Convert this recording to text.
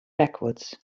backwards